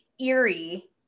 eerie